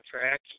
track